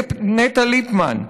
נטע ליפמן,